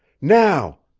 now!